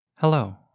Hello